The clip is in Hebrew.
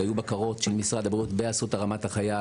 היו בקרות של משרד הבריאות באסותא רמת החייל,